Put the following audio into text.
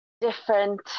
different